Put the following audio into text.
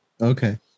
Okay